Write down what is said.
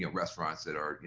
restaurants that are, you